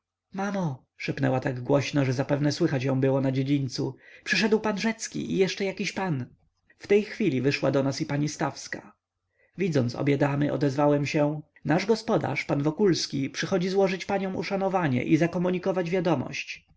mamo szepnęła tak głośno że zapewne słychać ją było na dziedzińcu przyszedł pan rzecki i jeszcze jakiś pan w tej chwili wyszła do nas i pani stawska widząc obie damy odezwałem się nasz gospodarz pan wokulski przychodzi złożyć paniom uszanowanie i zakomunikować wiadomości